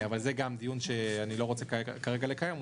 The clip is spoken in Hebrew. זה דיון שאני לא רוצה כרגע לקיים,